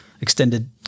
extended